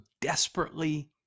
desperately